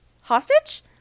hostage